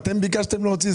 אתם ביקשתם להוציא?